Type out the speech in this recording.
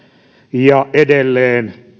ja edelleen